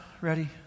ready